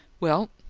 well,